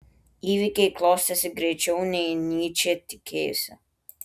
įvykiai klostėsi greičiau nei nyčė tikėjosi